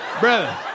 brother